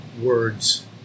words